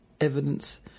evidence